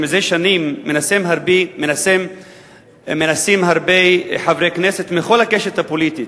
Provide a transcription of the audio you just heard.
שזה שנים מנסים הרבה חברי כנסת מכל הקשת הפוליטית